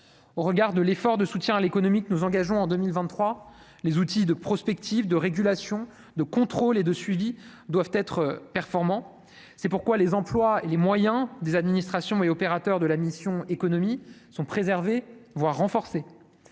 au regard de l'effort de soutien à l'économie que nous engageons en 2023, les outils de prospective de régulation, de contrôle et de suivi doivent être performant, c'est pourquoi les emplois et les moyens des administrations et opérateurs de la mission Économie sont préserver, voire renforcer